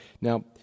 Now